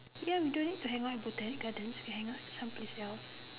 ya we don't need to hang out at Botanic gardens we can hang out at some place else